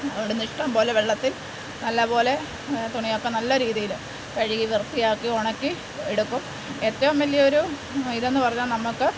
ഇവിടുന്ന് ഇഷ്ടം പോലെ വെള്ളത്തിൽ നല്ലപോലെ തുണിയൊക്കെ നല്ല രീതിയിൽ കഴുകി വൃത്തിയാക്കി ഉണക്കി എടുക്കും ഏറ്റവും വലിയ ഒരു ഇതെന്ന് പറഞ്ഞാൽ നമുക്ക്